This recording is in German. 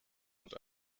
und